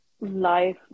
life